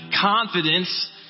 confidence